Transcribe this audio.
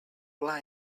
pla